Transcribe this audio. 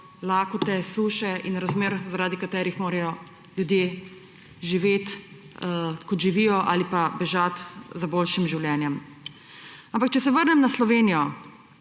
lakote, suše in razmer, zaradi katerih morajo ljudje živeti, kot živijo, ali pa bežati za boljšim življenjem. Ampak, če se vrnem k Sloveniji.